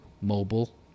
mobile